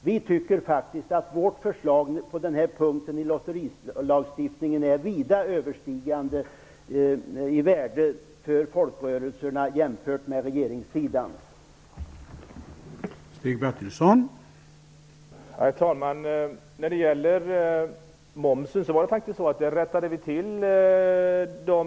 Vi tycker att vårt förslag om lotterilagstiftningen är vida överlägset i värde för folkrörelserna jämfört med regeringssidans förslag.